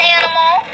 animal